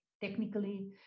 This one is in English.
technically